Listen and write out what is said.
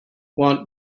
want